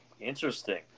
Interesting